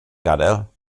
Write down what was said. gadael